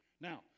Now